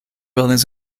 buildings